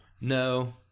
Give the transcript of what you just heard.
No